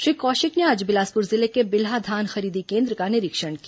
श्री कौशिक ने आज बिलासपुर जिले के बिल्हा धान खरीदी केन्द्र का निरीक्षण किया